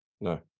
No